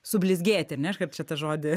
sublizgėti ar ne aš kaip čia tą žodį